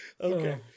Okay